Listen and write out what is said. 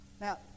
Now